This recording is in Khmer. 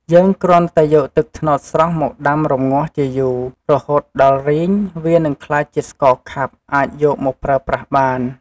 យើងគ្រាន់តែយកទឹកត្នោតស្រស់មកដាំរម្ងាស់ជាយូរ រហូតដល់រីង វានឹងក្លាយជាស្ករខាប់អាចយកមកប្រើប្រាស់បាន។